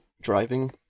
driving